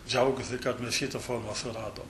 džiaugiuosi kad nu šitą formą suradom